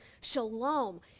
shalom